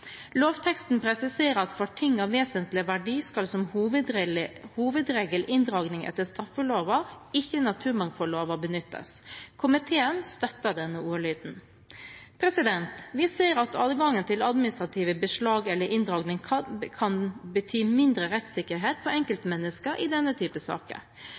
Lovteksten presiserer at for ting av vesentlig verdi skal som hovedregel inndragning etter straffeloven, ikke naturmangfoldloven, benyttes. Komiteen støtter denne ordlyden. Vi ser at adgang til administrative beslag eller inndragning kan bety mindre rettssikkerhet for enkeltmennesker i denne type saker.